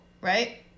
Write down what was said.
right